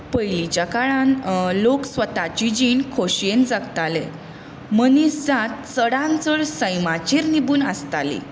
पयलींच्या काळांत लोक स्वताची जीण खोशयेन जगताले मनीस जात चडांत चड सैमाचेर निबून आसताली